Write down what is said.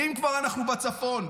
ואם כבר אנחנו בצפון,